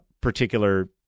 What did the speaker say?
particular